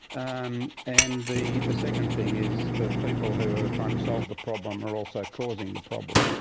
um and the the second thing is, the people who are trying to solve the problem are also causing the problem,